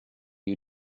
you